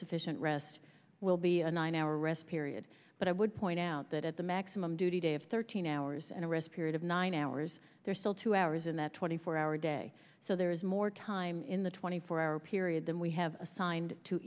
sufficient rest will be a nine hour rest period but i would point out that at the maximum duty day of thirteen hours and a rest period of nine hours there's still two hours in that twenty four hour day so there is more time in the twenty four hour period than we have assigned to